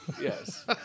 Yes